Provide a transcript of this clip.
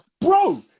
bro